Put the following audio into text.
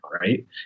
right